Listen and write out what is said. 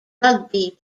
rugby